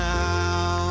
now